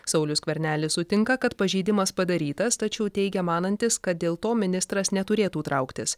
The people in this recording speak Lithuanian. saulius skvernelis sutinka kad pažeidimas padarytas tačiau teigia manantis kad dėl to ministras neturėtų trauktis